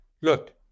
Look